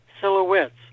silhouettes